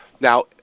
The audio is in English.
Now